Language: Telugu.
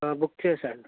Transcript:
బుక్ చేయండి